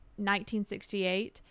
1968